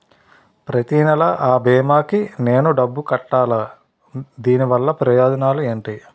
ప్రతినెల అ భీమా కి నేను డబ్బు కట్టాలా? దీనివల్ల ప్రయోజనాలు ఎంటి?